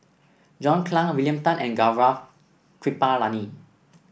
John Clang William Tan and Gaurav Kripalani